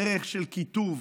דרך של קיטוב,